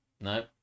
No